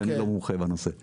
כי אני לא מומחה בנושא.